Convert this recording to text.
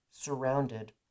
surrounded